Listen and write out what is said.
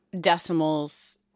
decimals